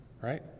right